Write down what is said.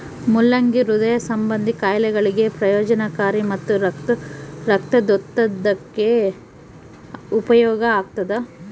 ಮುಲ್ಲಂಗಿ ಹೃದಯ ಸಂಭಂದಿ ಖಾಯಿಲೆಗಳಿಗೆ ಪ್ರಯೋಜನಕಾರಿ ಮತ್ತು ರಕ್ತದೊತ್ತಡಕ್ಕೆಯೂ ಉಪಯೋಗ ಆಗ್ತಾದ